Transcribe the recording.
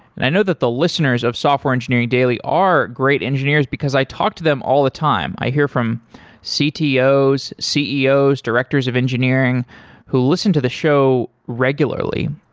and i know that the listeners of software engineering daily are great engineers because i talk to them all the time. i hear from ctos, ceos, directors of engineering who listen to the show regularly.